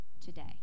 today